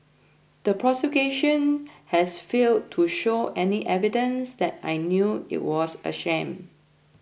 the prosecution has failed to show any evidence that I knew it was a shame